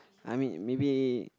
I mean maybe